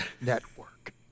network